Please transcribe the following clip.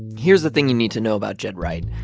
here's the thing you need to know about ged wright.